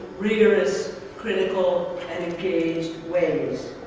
rigorous critical, and engaged ways.